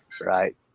right